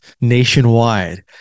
nationwide